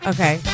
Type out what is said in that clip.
Okay